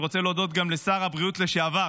אני רוצה להודות גם לשר הבריאות לשעבר